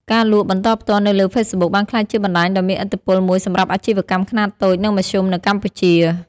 ការលក់បន្តផ្ទាល់នៅលើ Facebook បានក្លាយជាបណ្តាញដ៏មានឥទ្ធិពលមួយសម្រាប់អាជីវកម្មខ្នាតតូច និងមធ្យមនៅកម្ពុជា។